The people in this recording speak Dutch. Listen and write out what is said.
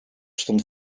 stond